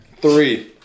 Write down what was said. Three